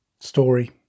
story